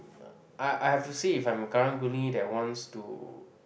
I I have to see if I'm a Karang-Guni that wants to